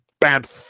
bad